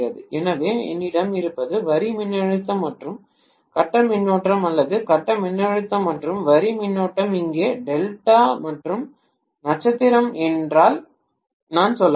எனவே என்னிடம் இருப்பது வரி மின்னழுத்தம் மற்றும் கட்ட மின்னோட்டம் அல்லது கட்ட மின்னழுத்தம் மற்றும் வரி மின்னோட்டம் இங்கே டெல்டா மற்றும் நட்சத்திரம் என்றால் நான் சொல்ல முடியும்